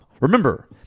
Remember